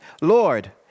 Lord